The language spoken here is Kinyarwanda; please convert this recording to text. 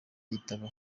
gitabo